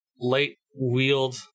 light-wheeled